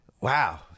wow